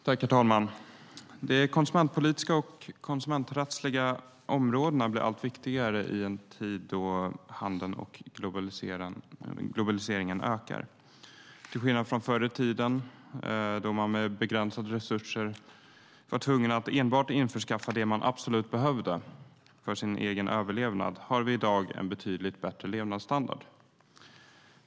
Herr talman! De konsumentpolitiska och konsumenträttsliga områdena blir allt viktigare i en tid då handeln och globaliseringen ökar. Till skillnad från förr i tiden, då man med begränsade resurser var tvungen att införskaffa enbart det man absolut behövde för sin överlevnad, har vi i dag en betydligt bättre levnadsstandard.